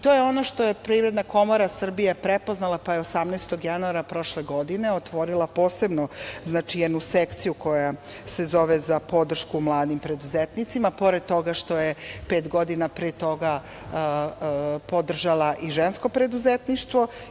To je ono što je Privredna komora Srbije prepoznala pa je 18. januara prošle godine otvorila posebno jednu sekciju koja se zove - za podršku mladim preduzetnicima, pored toga što je pet godina pre toga podržala i žensko preduzetništvo.